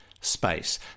space